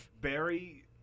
Barry